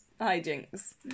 hijinks